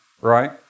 right